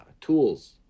tools